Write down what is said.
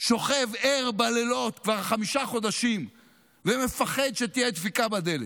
שוכב ער בלילות כבר חמישה חודשים ומפחד שתהיה דפיקה בדלת,